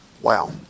Wow